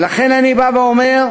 ולכן אני בא ואומר: